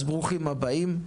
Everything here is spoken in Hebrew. אז ברוכים הבאים.